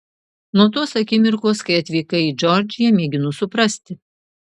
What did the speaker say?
nuo tos akimirkos kai atvykai į džordžiją mėginu suprasti